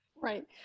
Right